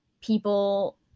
people